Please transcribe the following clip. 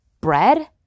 bread